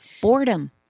Boredom